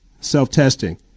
Self-testing